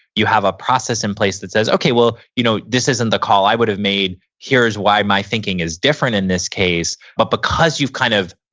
you have a process in place that says, okay. well, you know this isn't the call i would've made. here's why my thinking is different in this case. but because you've kind of,